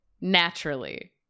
naturally